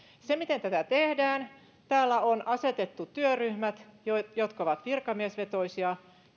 miten tätä tehdään niin täällä on asetettu työryhmät jotka ovat virkamiesvetoisia